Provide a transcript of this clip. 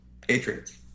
Patriots